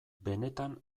benetan